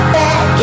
back